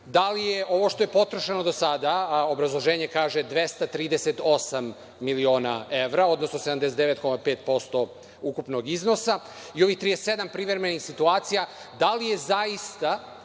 da li je ovo što je potrošeno do sada, a obrazloženje kaže 238 miliona evra, odnosno 79,5% ukupnog iznosa i ovih 37 privremenih situacija da li je zaista